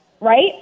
Right